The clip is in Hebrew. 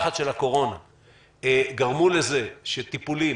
גרמו לזה שטיפולים,